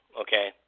okay